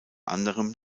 anderem